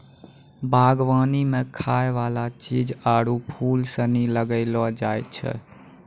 बागवानी मे खाय वाला चीज आरु फूल सनी लगैलो जाय छै